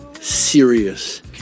serious